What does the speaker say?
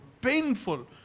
painful